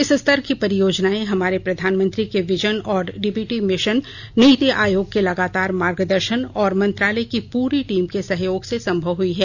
इस स्तर की परियोजनाएं हमारे प्रधानमंत्री के विजन और डीबीटी मिशन नीति आयोग के लगातार मार्गदर्शन और मंत्रालय की पूरी टीम के सहयोग से संभव हुई है